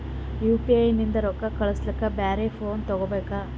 UPI ನಿಂದ ರೊಕ್ಕ ಕಳಸ್ಲಕ ಬ್ಯಾರೆ ಫೋನ ತೋಗೊಬೇಕ?